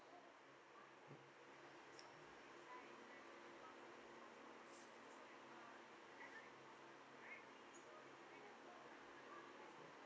mm